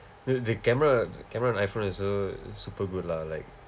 dude the camera camera on iphone is also super good lah like